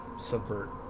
subvert